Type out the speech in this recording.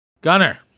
Gunner